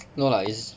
no lah is move